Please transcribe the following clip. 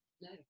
No